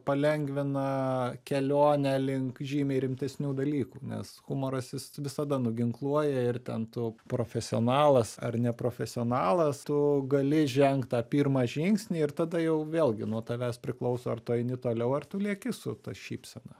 palengvina kelionę link žymiai rimtesnių dalykų nes humoras jis visada nuginkluoja ir ten tu profesionalas ar neprofesionalas tu gali žengt tą pirmą žingsnį ir tada jau vėlgi nuo tavęs priklauso ar tu eini toliau ar tu lieki su ta šypsena